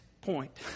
point